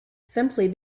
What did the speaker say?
simply